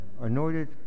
anointed